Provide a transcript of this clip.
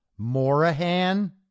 Morahan